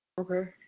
Okay